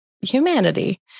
humanity